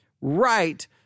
right